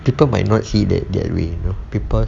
people might not see that that way people